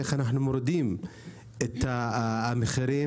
איך אנחנו מורידים את המחירים,